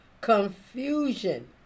confusion